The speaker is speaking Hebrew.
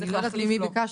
אני לא יודעת ממי ביקשת.